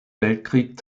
weltkrieg